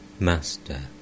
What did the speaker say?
Master